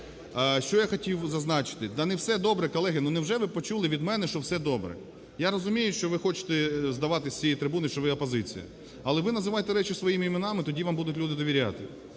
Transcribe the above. Що я хотів би зазначити. Да, не все добре, колеги, невже ви почули від мене, що все добре? Я розумію, що ви хочете здаватись з цієї трибуни, що ви опозиція. Але ви називайте речі своїми іменами, тоді вам люди будуть довіряти.